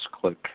click